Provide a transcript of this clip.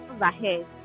ahead